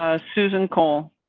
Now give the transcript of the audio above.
ah susan call.